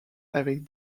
avec